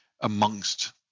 amongst